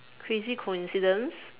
crazy coincidence